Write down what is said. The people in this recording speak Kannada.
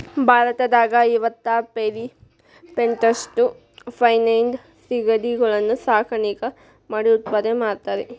ಭಾರತದಾಗ ಐವತ್ತಾರ್ ಪೇರಿಸೆಂಟ್ನಷ್ಟ ಫೆನೈಡ್ ಸಿಗಡಿಗಳನ್ನ ಸಾಕಾಣಿಕೆ ಮಾಡಿ ಉತ್ಪಾದನೆ ಮಾಡ್ತಾರಾ